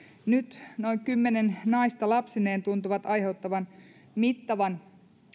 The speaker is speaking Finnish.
nyt noin kymmenen naista lapsineen tuntuvat aiheuttavan mittavan